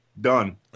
done